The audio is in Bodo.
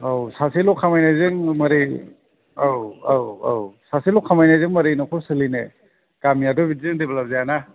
औ सासेल' खामायनायजों मारै औ औ औ सासेल' खामायनाजों मारै न'खर सालायनो गामियाथ' बिदिजों डेभेलप जायाना